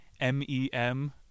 M-E-M